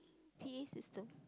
P_A system